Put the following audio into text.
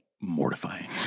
mortifying